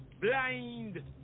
blind